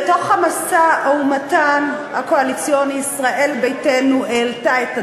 במשא-ומתן הקואליציוני ישראל ביתנו העלתה את